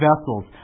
vessels